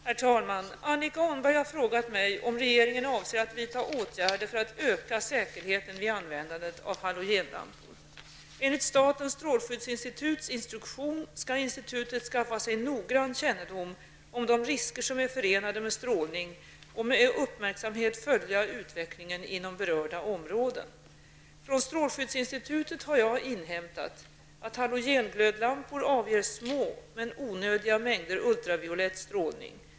Herr talman! Annika Åhnberg har frågat mig om regeringen avser att vidta åtgärder för att öka säkerheten vid användandet av halogenlampor. Enligt statens strålskyddsinstituts instruktion skall institutet skaffa sig noggrann kännedom om de risker som är förenade med strålning och med uppmärksamhet följa utvecklingen inom berörda områden. Från strålskyddsinstitutet har jag inhämtat att halogenglödlampor avger små men onödiga mängder ultraviolett strålning.